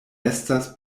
estas